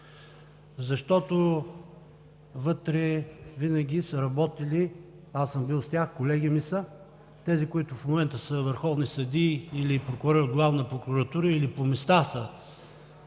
на нея. Вътре винаги са работили, аз съм бил с тях, колеги са ми тези, които в момента са върховни съдии или прокурори от Главна прокуратура, или по места са